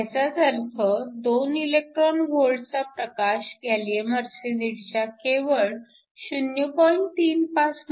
ह्याचाच अर्थ 2 eV चा प्रकाश गॅलीअम आर्सेनाईडच्या केवळ 0